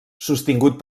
sostingut